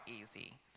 easy